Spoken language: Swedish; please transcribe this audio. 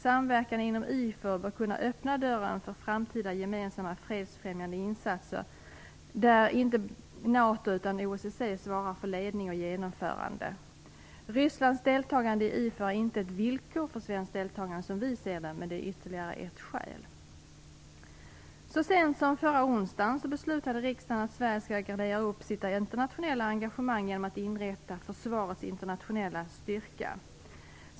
Samverkan inom IFOR bör kunna öppna dörren för framtida gemensamma fredsfrämjande insatser där inte NATO utan OSSE svarar för ledning och genomförande. Rysslands deltagande i IFOR är inte ett villkor för svenskt deltagande, som vi ser det, men det är ytterligare ett skäl. Så sent som förra onsdagen beslutade riksdagen att Sverige skall gradera upp sitt internationella engagemang genom att inrätta Försvarets internationella styrka.